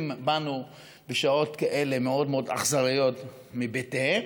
בנו בשעות כאלה מאוד מאוד אכזריות מבתיהם: